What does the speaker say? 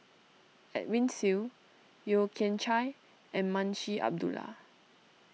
Edwin Siew Yeo Kian Chai and Munshi Abdullah